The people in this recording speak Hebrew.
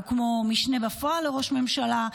הוא כמו משנה בפועל לראש הממשלה,